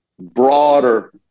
broader